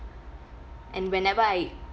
and whenever I